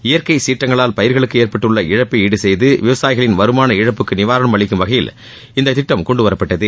இயற்கை சீற்றங்களால் பயிர்களுக்கு ஏற்பட்டுள்ள இழப்பை ஈடுசெய்து விவசாயிகளின் வருமான இழப்புக்கு நிவாரணம் அளிக்கும் வகையில் இந்த திட்டம் கொண்டுவரப்பட்டது